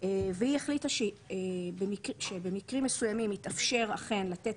והיא החליטה שבמקרים מסוימים יתאפשר אכן לתת